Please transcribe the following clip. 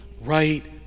right